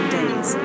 days